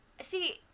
See